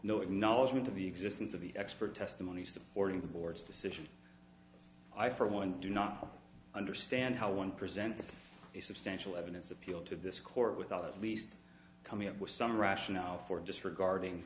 acknowledgement of the existence of the expert testimony supporting the board's decision i for one do not understand how one presents the substantial evidence appeal to this court without at least coming up with some rationale for disregarding